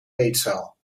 eetzaal